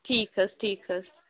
ٹھیٖک حظ ٹھیٖک حظ